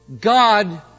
God